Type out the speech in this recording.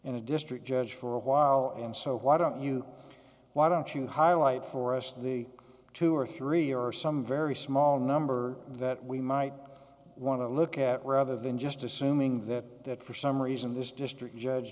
district judge for a while and so why don't you why don't you highlight for us the two or three or some very small number that we might want to look at rather than just assuming that for some reason this district judge